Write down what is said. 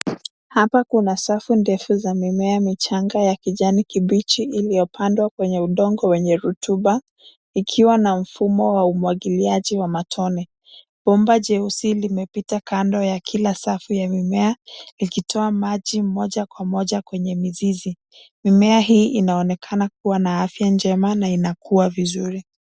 Hapa kuna safu ndefu za mimea michanga ya kijani kibichi iliyopandwa kwenye udongo wenye rotuba ikiwa na mfumo wa umwagiliaji wa matone. Bomba jeusi limepita kando ya kila safu ya mmea likitoa maji moja kwa moja kwenye mizizi. Mimea hii inaonekana kuwa na afya njema na inakuwa vizuri.